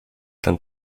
ten